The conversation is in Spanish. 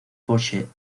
porsche